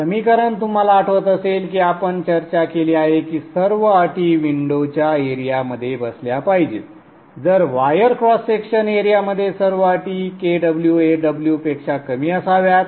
समीकरण तुम्हाला आठवत असेल की आपण चर्चा केली आहे की सर्व अटी विंडो च्या एरियामध्ये बसल्या पाहिजेत जर वायर क्रॉस सेक्शन एरियामध्ये सर्व अटी kwAw पेक्षा कमी असाव्यात